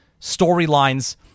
storylines